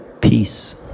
Peace